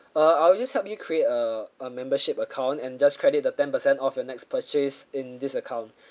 uh I'll just help you create err a membership account and just credit the ten percent off for your next purchase in this account